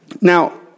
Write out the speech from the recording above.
Now